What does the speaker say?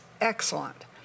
excellent